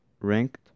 ranked